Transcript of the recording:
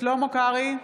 שלמה קרעי,